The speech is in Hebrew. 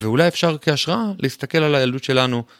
ואולי אפשר כהשראה להסתכל על הילדות שלנו.